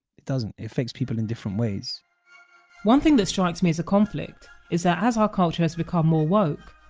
it doesn't, it affects people in different ways one thing that strikes me as a conflict is that as our culture has become more woke,